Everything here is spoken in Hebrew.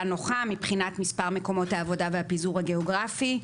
נוחה מבחינת מספר מקומות העבודה והפיזור הגיאוגרפי.